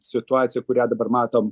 situacija kurią dabar matom